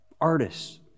artists